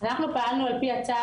אנחנו פעלנו על פי הצו,